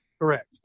Correct